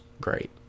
great